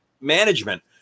management